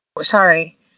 sorry